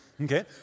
Okay